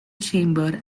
chamber